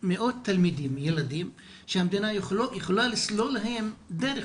מאות ילדים שהמדינה לא יכולה לסלול להם דרך,